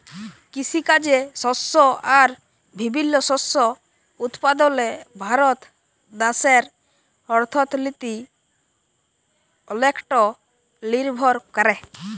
কিসিকাজে শস্য আর বিভিল্ল্য শস্য উৎপাদলে ভারত দ্যাশের অথ্থলিতি অলেকট লিরভর ক্যরে